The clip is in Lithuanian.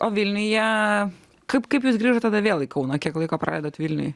o vilniuje kaip kaip jūs grįžot tada vėl į kauną kiek laiko praleidot vilniuj